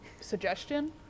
Suggestion